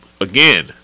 again